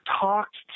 talked